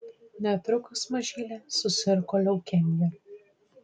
netrukus mažylė susirgo leukemija